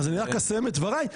אז אני רק אסיים את דברי,